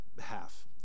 half